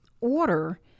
order